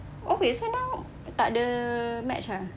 oh wait so now takde match ah